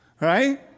Right